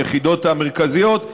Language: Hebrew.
היחידות המרכזיות,